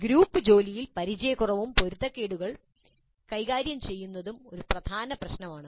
group ജോലിയിൽ പരിചയക്കുറവും പൊരുത്തക്കേടുകൾ കൈകാര്യം ചെയ്യുന്നതും ഒരു പ്രധാന പ്രശ്നമാണ്